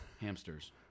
hamsters